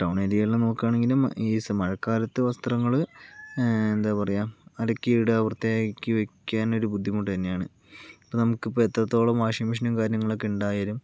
town area എല്ലാം നോക്കുകയാണെങ്കിലും ഈ മഴക്കാലത്ത് വസ്ത്രങ്ങൾ എന്താ പറയുക അലക്കി ഇടുക വൃത്തിയാക്കി വെക്കാൻ ഒരു ബുദ്ധിമുട്ട് തന്നെയാണ് നമുക്ക് ഇപ്പോൾ എത്രത്തോളം വാഷിംഗ് മെഷീനും കാര്യങ്ങളൊക്കെ ഉണ്ടായാലും